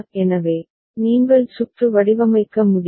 எனவே நீங்கள் சுற்று வடிவமைக்க முடியும்